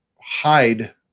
hide